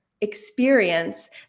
experience